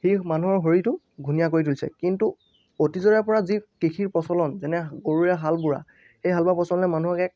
সি মানুহৰ শৰীৰটো ঘূণীয়া কৰি তুলিছে কিন্তু অতীজৰে পৰা যি কৃষিৰ প্ৰচলন যেনে গৰুৰে হাল বোৱা হালবোৱা প্ৰচলনে মানুহক এক